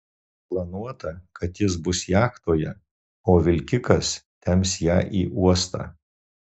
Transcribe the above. planuota kad jis bus jachtoje o vilkikas temps ją į uostą